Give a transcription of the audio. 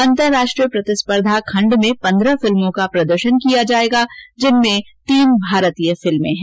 अंतर्राष्ट्रीय प्रतिस्पर्धा खंड में पंद्रह फिल्मों का प्रदर्शन किया जाएगा जिनमें तीन भारतीय फिल्में हैं